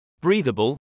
breathable